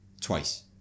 twice